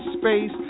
space